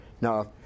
Now